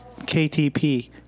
KTP